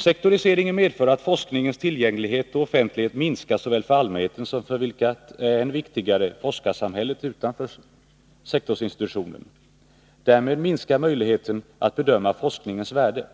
Sektoriseringen medför att forskningens tillgänglighet och offentlighet minskar såväl för allmänheten som för — vilket är än mer viktigt — forskarsamhället utanför sektorsinstitutionen. Därmed minskar möjligheten att bedöma forskningens värde.